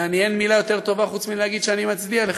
ואין מילה יותר טובה חוץ מלהגיד שאני מצדיע לך.